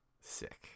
sick